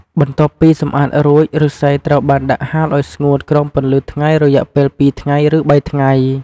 បន្ទាប់ពីសម្អាតរួច ឫស្សីត្រូវបានដាក់ហាលឲ្យស្ងួតក្រោមពន្លឺថ្ងៃរយៈពេលពីរ ឬបីថ្ងៃ។